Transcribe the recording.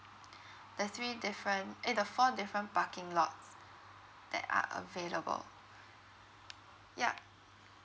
the three different eh the four different parking lots that are available ya